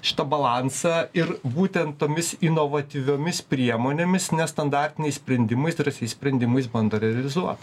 šitą balansą ir būtent tomis inovatyviomis priemonėmis nestandartiniais sprendimais ir apsisprendimais bando realizuot